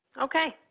okay,